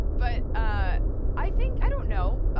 but ah i think i don't know.